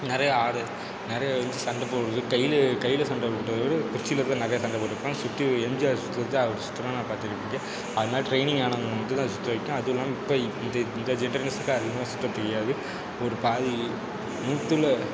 நிறையா நிறையா சண்டை போடுறது கையில் கையில் சண்டை போட்டதை விட குச்சியில் தான் நிறையா சண்டை போட்டுருப்பாங்க சுற்றி எம் ஜி ஆர் சுத்துறத அவரு சுற்றிதான் நான் பாத்திருக்கேன் அதுமாதிரி டிரைனிங் ஆனவங்களுக்கு மட்டுந்தான் சுற்ற வைக்கும் அதுவும் இல்லாமல் இப்போ இது இந்த இந்த ஜென்ரேஷனுக்கு அதிகமாக சுற்ற தெரியாது ஒரு பாதி நூற்றுல